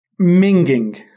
minging